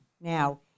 Now